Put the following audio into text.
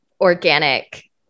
organic